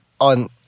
on